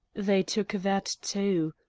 they took that, too.